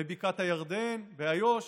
בבקעת הירדן, באיו"ש.